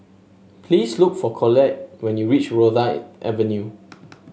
please look for Collette when you reach Rosyth Avenue